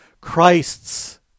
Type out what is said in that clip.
Christ's